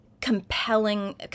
compelling